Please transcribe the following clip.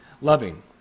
loving